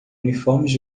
uniformes